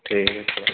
ठीक है थोड़ा